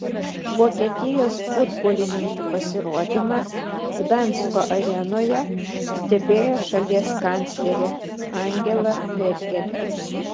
vokietijos futbolininkų pasirodymą gdansko arenoje stebėjo šalies kanclerė angela merkel